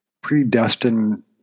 predestined